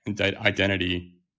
identity